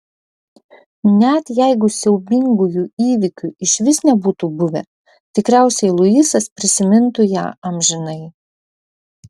net jeigu siaubingųjų įvykių išvis nebūtų buvę tikriausiai luisas prisimintų ją amžinai